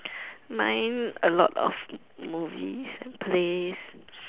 mine a lot of movies plays